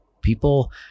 people